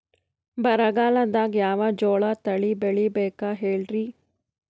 ಬರಗಾಲದಾಗ್ ಯಾವ ಜೋಳ ತಳಿ ಬೆಳಿಬೇಕ ಹೇಳ್ರಿ?